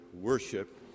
worship